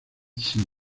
sin